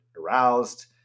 aroused